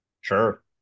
Sure